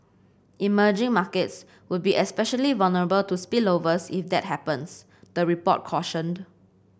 emerging markets would be especially vulnerable to spillovers if that happens the report cautioned